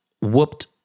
whooped